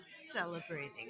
celebrating